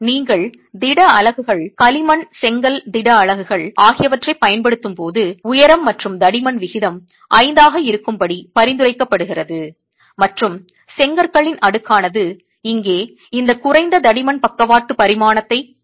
நீங்கள் திட அலகுகள் களிமண் செங்கல் திட அலகுகள் ஆகியவற்றைப் பயன்படுத்தும்போது உயரம் மற்றும் தடிமன் விகிதம் 5 ஆக இருக்கும்படி பரிந்துரைக்கப்படுகிறது மற்றும் செங்கற்களின் அடுக்கானது இங்கே இந்த குறைந்த தடிமன் பக்கவாட்டு பரிமாணத்தை குறிக்கிறது